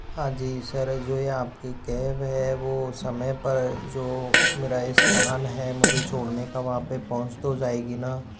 हाँ जी सर जो ये आपकी कैब है वो समय पर जो मेरा स्थान है मुझे छोड़ने का वहाँ पे पहुँच तो जाएगी ना